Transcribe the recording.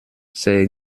c’est